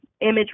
image